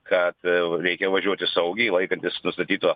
kad reikia važiuoti saugiai laikantis nustatyto